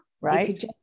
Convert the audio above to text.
Right